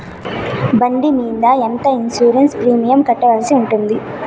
బండి మీద ఎంత ఇన్సూరెన్సు ప్రీమియం కట్టాల్సి ఉంటుంది?